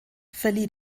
verlieh